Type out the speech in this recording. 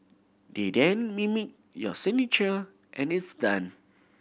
they then mimic your signature and it's done